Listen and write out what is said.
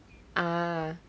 a'ah